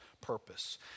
purpose